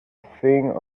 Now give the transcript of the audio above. thing